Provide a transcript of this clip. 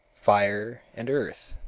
fire and earth.